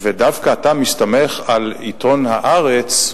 ודווקא אתה מסתמך על עיתון "הארץ".